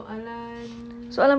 soalan